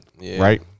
right